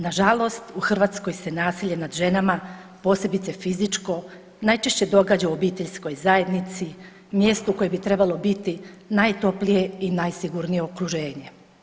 Nažalost, u Hrvatskoj se nasilje nad ženama posebice fizičko najčešće događa u obiteljskoj zajednici, mjestu koje bi trebalo biti najtoplije i najsigurnije okruženje.